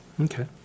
Okay